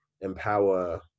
empower